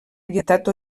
meitat